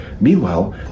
Meanwhile